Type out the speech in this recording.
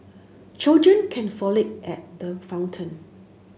children can frolic at the fountain